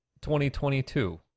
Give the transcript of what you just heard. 2022